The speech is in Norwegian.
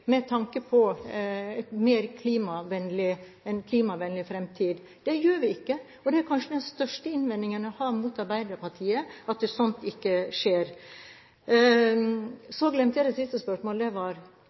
med tanke på en mer klimavennlig fremtid. Det gjør vi ikke, og det er kanskje den største innvendingen jeg har mot Arbeiderpartiet – at sånt ikke skjer.